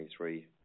2023